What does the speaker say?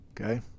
Okay